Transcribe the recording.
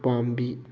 ꯎꯄꯥꯝꯕꯤ